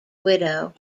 widow